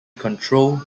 control